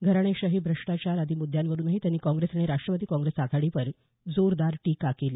घराणेशाही भ्रष्टाचार आदी मृद्यांवरूनही त्यांनी काँग्रेस आणि राष्टवादी काँग्रेस आघाडीवर जोरदार टीका केली